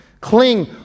Cling